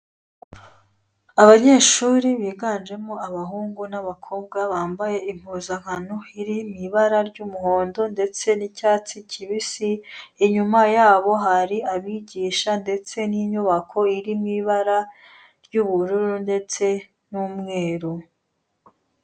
Abanyeshuri bigajyemo abahungu n'abakobwa bambaye impuzankano iri mu ibara ry'umuhondo ndetse n'icyatsi kibisi, inyuma yabo hari abigisha ndetse n'inyubako iri mu ibara ry'ubururu ndetse n'umweru.